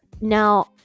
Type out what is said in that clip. Now